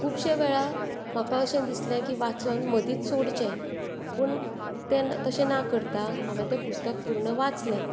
खुबशे वेळार म्हाका अशें दिसलें की वाचन मदींच सोडचें पूण तें तशें ना करता हांवें तें पुस्तक पूर्ण वाचलें